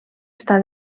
està